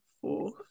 fourth